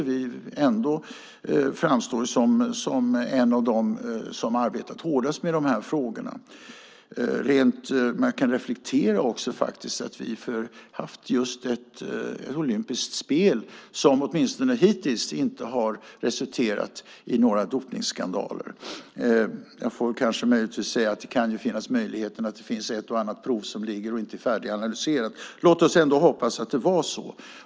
Vi framstår som ett av de länder som har arbetat hårdast med dessa frågor, och man kan faktiskt reflektera över att vi har haft ett olympiskt spel som åtminstone hittills inte har resulterat i några dopningsskandaler. Jag får kanske säga att det möjligtvis finns ett och annat prov som inte är färdiganalyserat, men låt oss ändå hoppas att det var så.